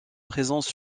présence